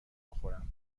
بخورم